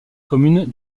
commune